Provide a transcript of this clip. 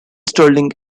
sterling